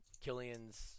Killian's